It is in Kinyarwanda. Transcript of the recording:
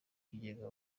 kugeza